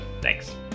Thanks